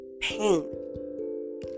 pain